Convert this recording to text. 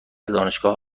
دانشگاه